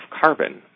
carbon